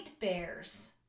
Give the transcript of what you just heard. bears